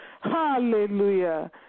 hallelujah